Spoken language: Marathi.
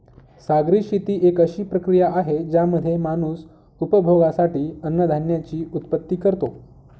सागरी शेती एक अशी प्रक्रिया आहे ज्यामध्ये माणूस उपभोगासाठी अन्नधान्याची उत्पत्ति करतो